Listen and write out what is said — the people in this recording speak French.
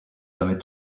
jamais